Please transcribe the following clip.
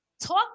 Talk